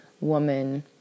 woman